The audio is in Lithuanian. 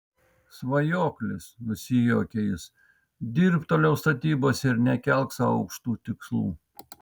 svajoklis nusijuokia jis dirbk toliau statybose ir nekelk sau aukštų tikslų